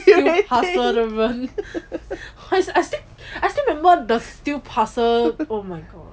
steal parcel 的人 I still remember the steal parcel oh my god